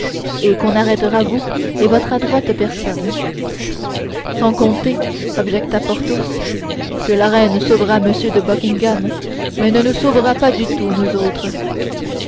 et qu'on arrêtera vous et votre adroite personne sans compter objecta porthos que la reine sauvera m de buckingham mais ne nous sauvera pas du tout nous autres